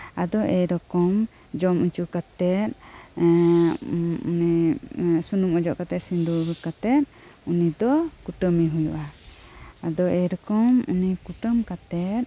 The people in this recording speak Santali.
ᱟᱫᱚ ᱮᱨᱚᱠᱚᱢ ᱡᱚᱢ ᱩᱪᱩᱠᱟᱛᱮᱜ ᱥᱩᱱᱩᱢ ᱚᱡᱚᱜ ᱠᱟᱛᱮᱜ ᱥᱤᱸᱫᱩᱨ ᱠᱟᱛᱮᱜ ᱩᱱᱤᱫᱚ ᱠᱩᱴᱟᱹᱢᱤ ᱦᱩᱭᱩᱜᱼᱟ ᱟᱫᱚ ᱮᱨᱚᱠᱚᱢ ᱩᱱᱤ ᱠᱩᱴᱟᱹᱢ ᱠᱟᱛᱮᱜ